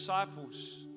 Disciples